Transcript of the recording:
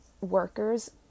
workers